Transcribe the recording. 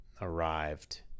arrived